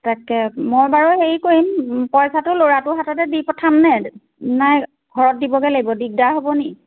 তাকে মই বাৰু হেৰি কৰিম পইচাটো ল'ৰাটো হাততে দি পঠামনেে নাই ঘৰত দিবগে লাগিব দিগদাৰ হ'বনি